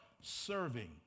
serving